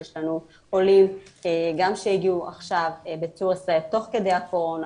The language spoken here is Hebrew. ויש לנו עולים גם שהגיעו עכשיו תוך כדי הקורונה,